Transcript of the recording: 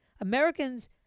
Americans